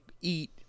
eat